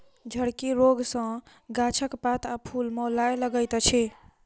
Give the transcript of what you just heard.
झड़की रोग सॅ गाछक पात आ फूल मौलाय लगैत अछि